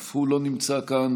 אף הוא לא נמצא כאן,